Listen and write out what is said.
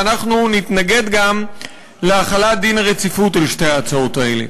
ואנחנו נתנגד גם להחלת דין הרציפות על שתי ההצעות האלה.